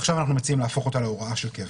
עכשיו אנחנו מציעים להפוך אותה להוראת קבע.